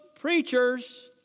preachers